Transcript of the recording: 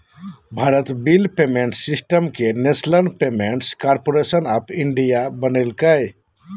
Bharat bill payment system के National Payments Corporation of India बनैल्कैय